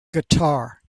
guitar